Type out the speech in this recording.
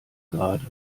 gerade